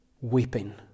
weeping